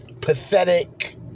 Pathetic